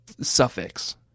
suffix